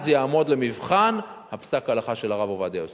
אז יעמוד למבחן פסק ההלכה של הרב עובדיה יוסף.